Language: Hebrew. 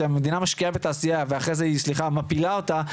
שכשהמדינה משקיעה בתעשייה ואחרי זה היא סליחה "מפילה" אותה,